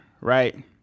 right